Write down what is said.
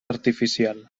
artificial